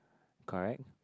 correct